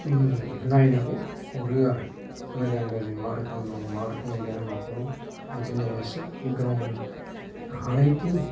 नायनानै हरो आरो मोजां गाज्रि मा रोखोम दं मा रोखोम गैया नखराव बिदिनो एसे गावनि हानायथिं